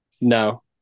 No